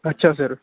ਅੱਛਾ ਸਰ